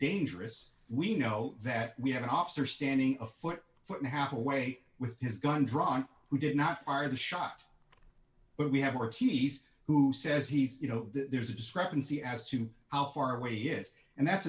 dangerous we know that we have an officer standing a foot foot in half away with his gun drawn who did not fire the shot but we have more keys who says he's you know there's a discrepancy as to how far away he is and that's